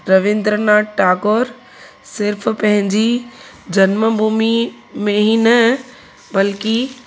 रविंद्र नाथ टागोर सिर्फ़ पंहिंजी जन्म भूमी में ई न बल्क़ी